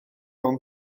mewn